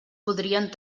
podrien